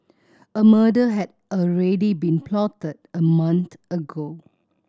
a murder had already been plotted a month ago